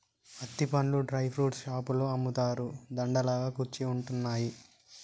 అత్తి పండ్లు dry fruits షాపులో అమ్ముతారు, దండ లాగా కుచ్చి ఉంటున్నాయి